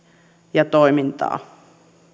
ja toimintaa